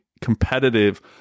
competitive